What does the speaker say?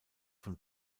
von